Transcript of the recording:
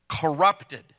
corrupted